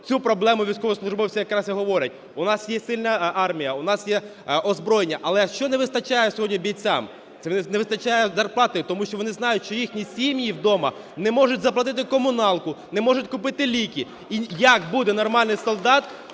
цю проблему військовослужбовці якраз і говорять. У нас є сильна армія, у нас є озброєння, але що не вистачає сьогодні бійцям? Не вистачає зарплати, тому що вони знають, що їхні сім'ї вдома не можуть заплатити комуналку, не можуть купити ліки. І як буде нормальний солдат